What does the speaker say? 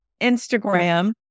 Instagram